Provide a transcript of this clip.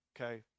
Okay